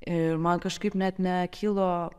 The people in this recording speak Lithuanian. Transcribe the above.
ir man kažkaip net nekilo